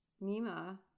Mima